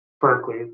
Berkeley